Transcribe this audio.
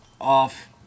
off